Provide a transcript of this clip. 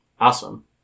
Awesome